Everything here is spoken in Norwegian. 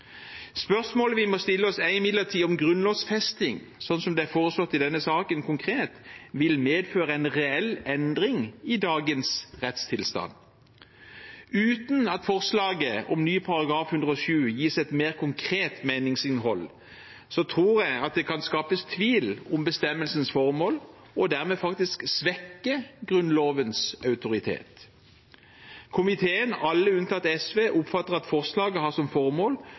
Spørsmålet vi må stille oss, er imidlertid om grunnlovfesting, slik det konkret er foreslått i denne saken, vil medføre en reell endring i dagens rettstilstand. Uten at forslaget om ny § 107 gis et mer konkret meningsinnhold, tror jeg at det kan skapes tvil om bestemmelsens formål, og at Grunnlovens autoritet dermed faktisk svekkes. Komiteen, alle unntatt SV, oppfatter at forslaget har som formål